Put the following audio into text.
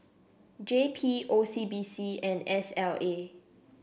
J P O C B C and S L A